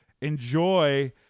enjoy